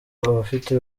afite